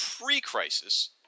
pre-crisis